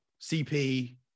CP